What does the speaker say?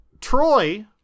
troy